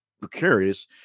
precarious